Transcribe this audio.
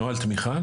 נוהל תמיכה?